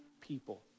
people